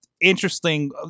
interesting